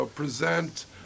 Present